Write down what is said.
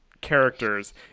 characters